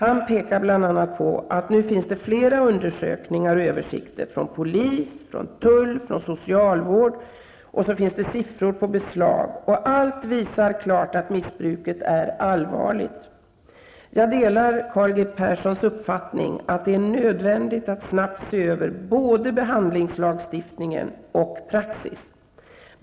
Han pekar bl.a. på att det nu finns flera undersökningar och översikter -- från polis, tull och socialvård -- samt uppgifter från beslag som klart visar att missbruket är allvarligt. Jag delar Carl G Perssons uppfattning att det är nödvändigt att snabbt se över både behandlingslagstiftningen och praxis.